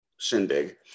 shindig